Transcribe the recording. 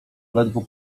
ledwo